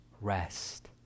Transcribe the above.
Rest